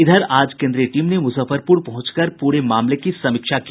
इधर आज केन्द्रीय टीम ने मुजफ्फरपुर पहुंचकर पूरे मामले की समीक्षा की